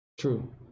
True